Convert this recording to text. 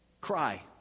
Cry